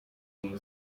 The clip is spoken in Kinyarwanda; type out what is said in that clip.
nyina